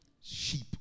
sheep